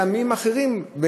לימים אחרים,